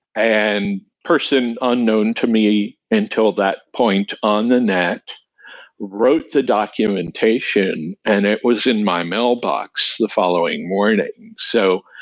and person unknown to me until that point on the net wrote the documentation, and it was in my mailbox the following morning. so,